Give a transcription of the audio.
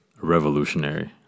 revolutionary